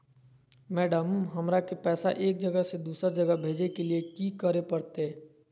Madam, हमरा के पैसा एक जगह से दुसर जगह भेजे के लिए की की करे परते?